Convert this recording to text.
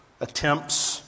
attempts